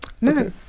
no